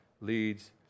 leads